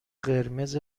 قرمز